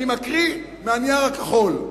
אני מקריא מהנייר הכחול: